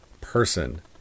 person